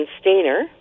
Stainer